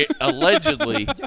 allegedly